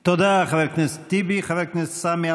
תודה, חבר הכנסת טיבי.